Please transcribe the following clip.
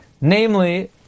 namely